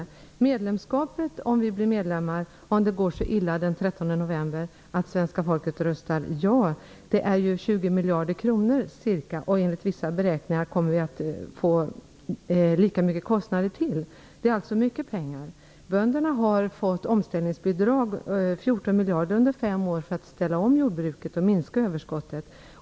Om det går så illa den 13 november att vi blir medlemmar i EU, om svenska folket röstar ja, kommer det att bli fråga om kostnader på ca 20 miljarder - enligt vissa beräkningar kommer det att handla om ytterligare kostnader av samma omfattning. Det är alltså mycket pengar. Bönderna har under fem år fått 14 miljarder i omställningsbidrag för att ställa om jordbruket och minska överskottet.